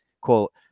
quote